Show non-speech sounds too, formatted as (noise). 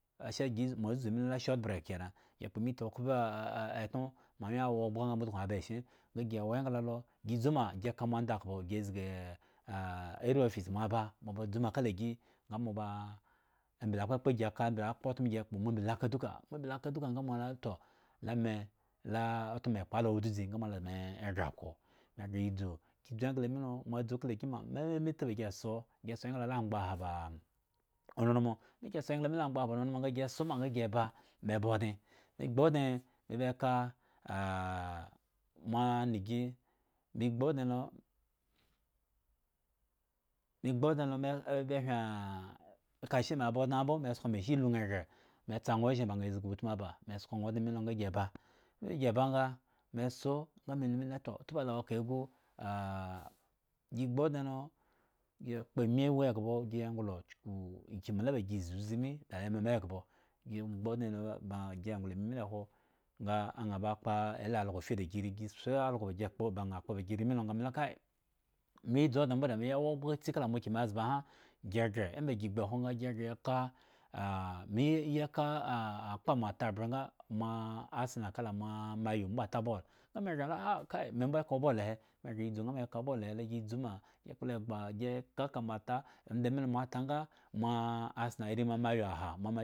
Asha gi ma bzu lo ma short break kenan thpo miti oklpo etno moanwye wa ogbga nga mo sukun aba eshyen nga gi wa engla lo gi dzu ma gi ka moandakhpo gi zgi (hesitation) area office moba mo ba dza ma kalagi nga mo baa mbli akpapka gi aka gre akpa otmo gi kpo mo mbli lo ka duka nga toh la me laa otmo me kpo ya lo wo dzu dzi nga ma dame gre ako me gre yi dzu gi gre yi dzu engla mi lo ma dzu kala akyen ma ma la en-miti ba gi soo gi soo engla lo a agbaha ba nunmu nga gi soo engla mi lo angbaha ba nunmu nga gi soo nga gi ba me ba odne me gbu odne me ba ka (hesitation) ma migi me gbu odne lo, me odne lo mee be hwan aa aka ashe me aba odne mbo me sko machine lu aa gre me tsa aa ozhen ba aaa zgi other aba me sko aa odne mi nga gi ba nga gi ba nga me soo nga me lu ma lu tu ba la tkahe gu (hesitation) gi gbu odne lo gre o kpo ami wu eghbo gi ye bglo chuku imi la ba gi zi ozi mii da mumo eghbo gi abu odne lo ba gi nglo ami le klwo nga aa bakpo ela algo fi da giri gi soo algo la ba gi ekpo ba aa kpo ba ri mii lo me lu ma kai me dzu odne mbo bari da nwe ya wa ogbga tsi kaka mo akimezba han si gre eme gbu hwo nga me gre ye ka (hesitation) me eyi ye gre ya ka gi e ka akpa maa asenal kala ma mayu ba ta ball me gre me kai me mbo eka obolo he me gre dzu nga ka obolo he gi e zu ma gi kple egba gi ka ka mo taomba mi lo ta nga maa asenal ri ma mayu aha ma mayu ari kyen.